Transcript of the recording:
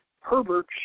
Herbert